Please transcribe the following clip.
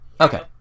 Okay